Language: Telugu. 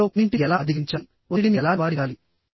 ఆపై వీటిలో కొన్నింటిని ఎలా అధిగమించాలి ఒత్తిడిని ఎలా నివారించాలి